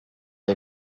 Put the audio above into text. est